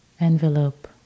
Envelope